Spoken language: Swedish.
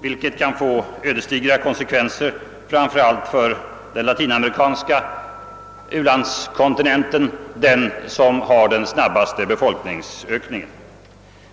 vilket kan få ödesdigra konsekvenser, framför allt på den latinamerikanska u-landskontinenten som har den snabbaste befolkningsökningen.